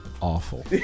Awful